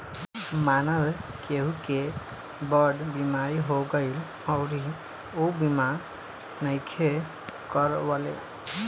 मानल केहु के बड़ बीमारी हो गईल अउरी ऊ बीमा नइखे करवले